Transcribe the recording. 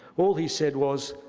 all he said was,